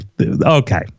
okay